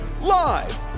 live